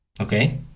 Okay